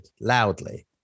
loudly